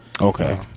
Okay